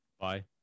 Bye